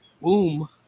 boom